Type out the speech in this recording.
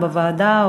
בוועדה,